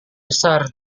besar